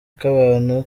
k’abantu